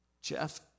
Jeff